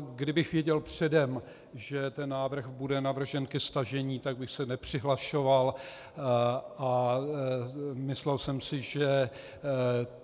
Kdybych věděl předem, že ten návrh bude navržen ke stažení, tak bych se nepřihlašoval, a myslel jsem si, že